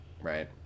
Right